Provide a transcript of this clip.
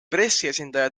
pressiesindaja